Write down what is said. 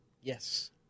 Yes